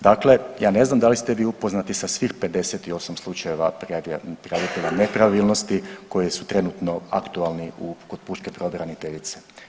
Dakle, ja ne znam da li ste vi upoznati sa svih 58 slučajeva prijavitelja nepravilnosti koji su trenutno aktualni kod pučke pravobraniteljice.